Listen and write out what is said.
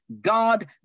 God